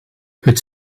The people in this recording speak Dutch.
het